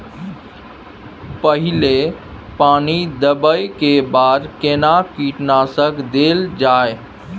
पहिले पानी देबै के बाद केना कीटनासक देल जाय?